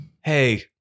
hey